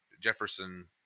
Jefferson